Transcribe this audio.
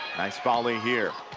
nice volley here